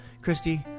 Christy